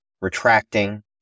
retracting